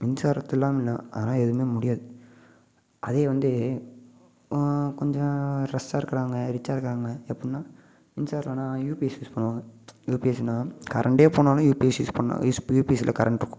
மின்சாரத்தில் இல்லை அதனால் எதுவுமே முடியாது அதே வந்து கொஞ்சம் ரஷ்ஷாக இருக்கிறாங்க ரிச்சாக இருக்காங்க எப்படிட்னா மின்சாரம் இல்லைன்னா யூபிஎஸ் யூஸ் பண்ணுவாங்க யூபிஎஸ்னால் கரண்டே போனாலும் யூபிஎஸ் யூ பண்ணலாம் யூஸ் யூபிஎஸ்சில் கரண்ட் இருக்கும்